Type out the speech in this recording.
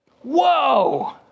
Whoa